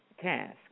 task